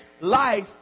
life